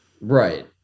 Right